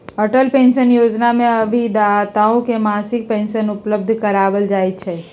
Atal pension Yojana में अभिदाताओं के मासिक पेंशन उपलब्ध करावल जाहई